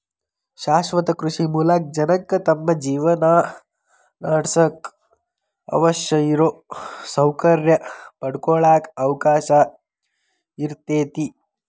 ಶಾಶ್ವತ ಕೃಷಿ ಮೂಲಕ ಜನಕ್ಕ ತಮ್ಮ ಜೇವನಾನಡ್ಸಾಕ ಅವಶ್ಯಿರೋ ಸೌಕರ್ಯ ಪಡ್ಕೊಳಾಕ ಅವಕಾಶ ಇರ್ತೇತಿ